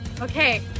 Okay